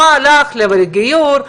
מה לך ולגיור?